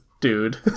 dude